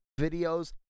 videos